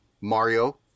Mario